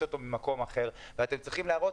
אותו ממקום אחר ואתם צריכים להראות